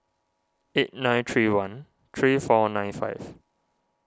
eight nine three one three four nine five